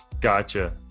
Gotcha